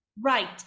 Right